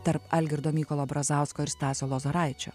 tarp algirdo mykolo brazausko ir stasio lozoraičio